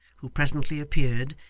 who presently appeared,